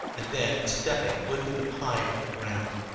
and then in stepping lifted them high from the ground.